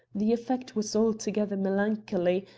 the effect was altogether melancholy,